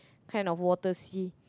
kind of water sea